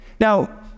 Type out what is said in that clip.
Now